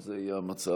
אם זה יהיה המצב.